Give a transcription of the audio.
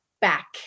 back